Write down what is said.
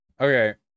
Okay